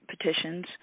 petitions